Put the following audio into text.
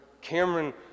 Cameron